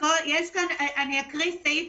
אני אקרא סעיף,